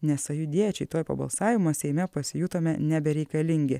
ne sąjūdiečiai tuoj po balsavimo seime pasijutome nebereikalingi